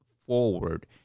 forward